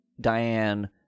diane